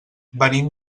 venim